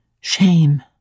shame